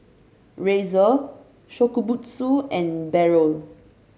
Razer Shokubutsu and Barrel